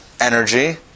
energy